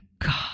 God